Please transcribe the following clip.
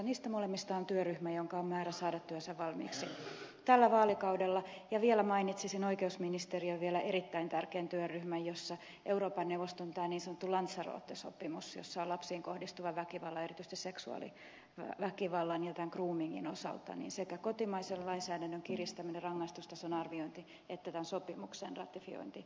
niistä molemmista on työryhmä jonka on määrä saada työnsä valmiiksi tällä vaalikaudella ja vielä mainitsisin oikeusministeriön erittäin tärkeän työryhmän jossa on euroopan neuvoston niin sanottu lanzarote sopimus jossa on esillä lapsiin kohdistuvan väkivallan ja erityisesti seksuaaliväkivallan ja tämän groomingin osalta sekä kotimaisen lainsäädännön kiristäminen rangaistustason arviointi että tämän sopimuksen ratifiointiedellytykset